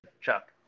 Chuck